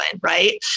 right